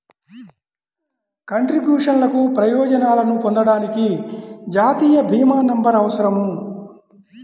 కంట్రిబ్యూషన్లకు ప్రయోజనాలను పొందడానికి, జాతీయ భీమా నంబర్అవసరం